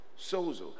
Sozo